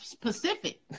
Pacific